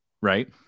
right